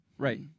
Right